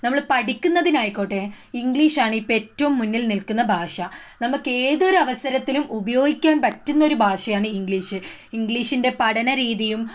നമ്മൾ പഠിക്കുന്നതിന് ആയിക്കോട്ടെ ഇംഗ്ലീഷ് ആണ് ഏറ്റവും മുന്നിൽ നിൽക്കുന്ന ഭാഷ നമുക്കേതൊരു അവസരത്തിലും ഉപയോഗിക്കാൻ പറ്റുന്ന ഒരു ഭാഷയാണ് ഇംഗ്ലീഷ് ഇംഗ്ലീഷിൻ്റെ പഠന രീതിയും അല്ലെങ്കിൽ